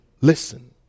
listen